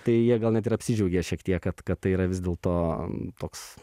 tai jie gal net ir apsidžiaugė šiek tiek kad kad tai yra vis dėlto toks